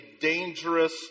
dangerous